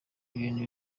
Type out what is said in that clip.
ibintu